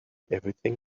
everything